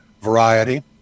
variety